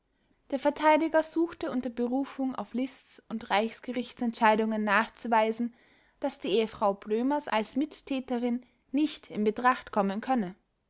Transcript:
der verteidiger suchte unter berufung auf liszt und reichsgerichts entscheidungen nachzuweisen daß die ehefrau blömers als mittäterin nicht in betracht kommen könne